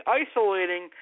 isolating